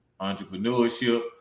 entrepreneurship